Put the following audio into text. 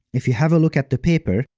if you have a look at the paper,